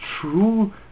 true